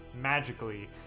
magically